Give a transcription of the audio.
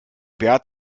bert